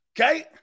Okay